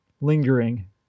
lingering